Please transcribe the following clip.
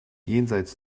jenseits